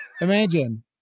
Imagine